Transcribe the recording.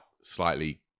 slightly